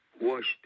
washed